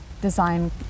design